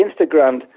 Instagram